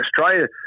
Australia